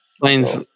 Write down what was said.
Plane's